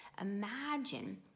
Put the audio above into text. Imagine